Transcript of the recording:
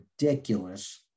ridiculous